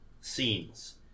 scenes